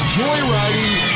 joyriding